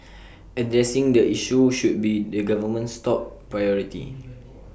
addressing the issue should be the government's top priority